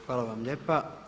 Hvala vam lijepa.